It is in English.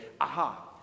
Aha